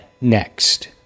next